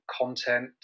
content